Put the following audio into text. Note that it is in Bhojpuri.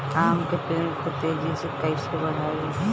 आम के पेड़ को तेजी से कईसे बढ़ाई?